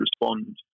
respond